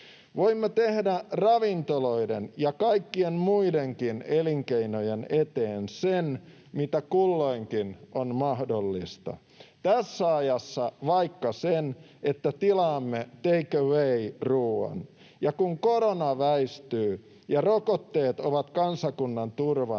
Voimme tehdä ravintoloiden ja kaikkien muidenkin elinkeinojen eteen sen, mitä kulloinkin on mahdollista — tässä ajassa vaikka sen, että tilaamme take away ‑ruoan. Ja kun korona väistyy ja rokotteet ovat kansakunnan turvana,